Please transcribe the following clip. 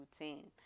routine